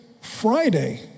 Friday